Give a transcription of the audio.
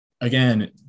again